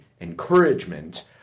encouragement